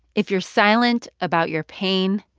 if you're silent about your pain,